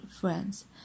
friends